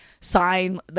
sign